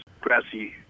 Grassy